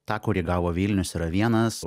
tą kurį gavo vilnius yra vienas